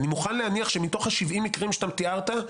אני מוכן להניח שמתוך 70 המקרים שתיארת,